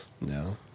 No